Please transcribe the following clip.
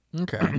Okay